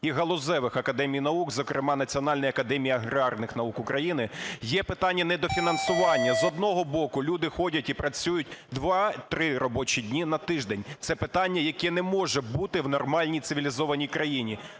і галузевих академій наук, зокрема Національної академії аграрних наук України. Є питання недофінансування. З одного боку, люди ходять і працюють 2-3 робочі дні на тиждень. Це питання, яке не може бути в нормальній цивілізованій країні.